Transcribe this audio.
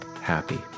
happy